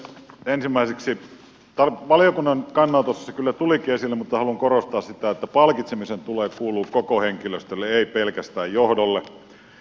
ensimmäiseksi valiokunnan kannanotossa se kyllä tulikin esille mutta haluan korostaa sitä että palkitsemisen tulee kuulua koko henkilöstölle ei pelkästään johdolle